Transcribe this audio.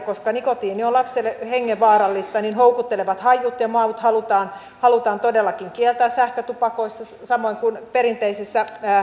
koska nikotiini on lapselle hengenvaarallista niin houkuttelevat hajut ja maut halutaan todellakin kieltää sähkötupakoissa samoin kuin perinteisissä savukkeissakin